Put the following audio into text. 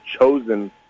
chosen